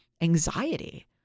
anxiety